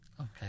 okay